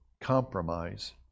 compromise